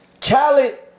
Khaled